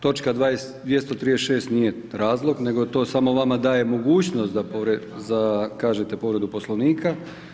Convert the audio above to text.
Točka 236. nije razlog, neto to samo vama daje mogućnost za kažete, povredu poslovniku.